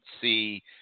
see